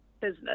business